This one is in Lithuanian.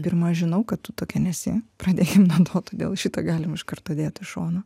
pirma aš žinau kad tu tokia nesi pradėkim nuo to todėl šitą galima iš karto dėt į šoną